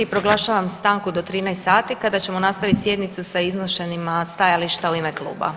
Proglašavam stanku do 13,00 sati kada ćemo nastaviti sjednicu sa iznošenjima stajalištima u ime kluba.